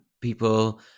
People